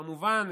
כמובן,